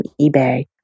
eBay